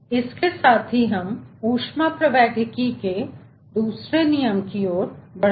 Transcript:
इसके साथ ही हम ऊष्मप्रवैगिकी के दूसरे नियम की ओर बढ़ते हैं